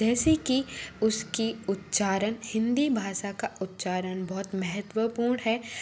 जैसे की उसकी उच्चारण हिन्दी भाषा का उच्चारण बहुत महत्वपूर्ण है